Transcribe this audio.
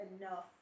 enough